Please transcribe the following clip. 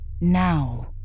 Now